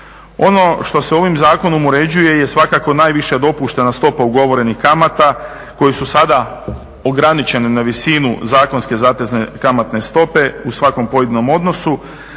Ono što se ovim zakonom uređuje je svakako najviša dopuštena stopa ugovorenih kamata koje su sada ograničene na visinu zakonske zatezne kamatne stope u svakom pojedinom odnosu.